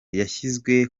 yashyizwe